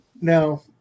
now